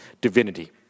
divinity